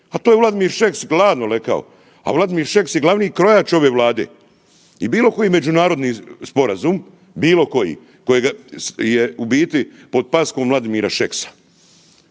se ne razumije./... rekao, a Vladimir Šeks je glavni krojač ove Vlade i bilo koji međunarodni sporazum, bilo koji, kojega je u biti pod pasko Vladimira Šeksa,